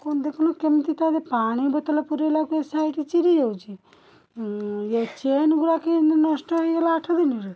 କ'ଣ ଦେଖୁନ କେମିତି ତା'ଦେହରେ ପାଣି ବୋତଲ ପୂରାଇଲା ବେଳକୁ ସାଇଟି ଚିରିଯାଉଚି ଇଏ ଚେନ୍ ଗୁଡ଼ା କି ନଷ୍ଟ ହେଇଗଲା ଆଠଦିନରେ